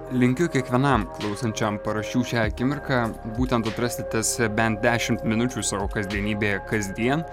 linkiu kiekvienam klausančiam paraščių šią akimirką būtent atrasti tas bent dešimt minučių savo kasdienybėje kasdien